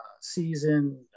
season